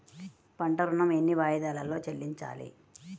పంట ఋణం ఎన్ని వాయిదాలలో చెల్లించాలి?